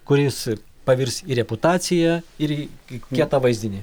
kuris pavirs į reputaciją ir į kietą vaizdinį